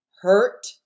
hurt